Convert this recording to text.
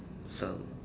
some